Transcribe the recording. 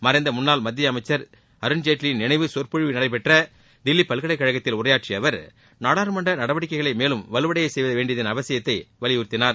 மறைந்த முன்னாள் மத்திய அமைச்சர் அருண்ஜேட்லியின் நினைவு சொற்பொழிவு நடைபெற்ற தில்லி பல்கலைக்கழகத்தில் உரையாற்றிய அவர் நாடாளுமன்ற நடவடிக்கைகளை மேலும் வலுவடைய செய்ய வேண்டியதன் அவசியத்தை வலியுறுத்தினார்